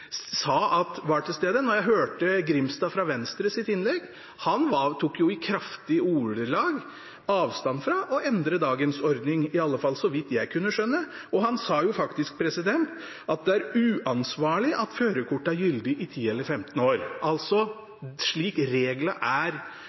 sa at den er – da jeg hørte Grimstad fra Venstre sitt innlegg. Han tok i kraftige ordelag avstand fra å endre dagens ordning, i alle fall så vidt jeg kunne skjønne. Han sa faktisk at det er uansvarlig at førerkort er gyldig i 10 eller 15 år, slik reglene er